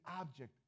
object